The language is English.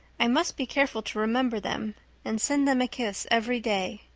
i must be careful to remember them and send them a kiss every day.